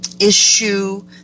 issue